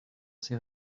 sais